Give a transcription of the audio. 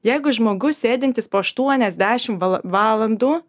jeigu žmogus sėdintis po aštuonias dešimt val valandų